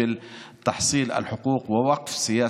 אנחנו ברשימה המשותפת תמיד היינו ונהיה לצד